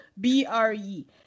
B-R-E